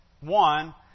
One